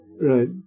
right